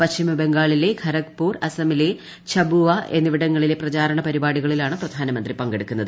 പശ്ചിബംഗാളിലെ ഖരഗ്പൂർ അ അസമിലെ ഛബുവ എന്നിവിടങ്ങളിലെ പ്രചാരണ പരിപാടികളിലാണ് പ്രധാനമന്ത്രി പങ്കെടുക്കുന്നത്